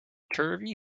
turvy